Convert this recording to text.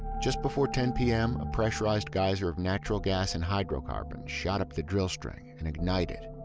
just before ten pm, a pressurized geyser of natural gas and hydrocarbons shot up the drill string and ignited.